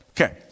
Okay